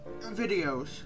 videos